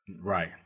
Right